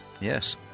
Yes